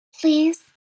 Please